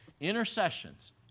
intercessions